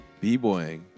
b-boying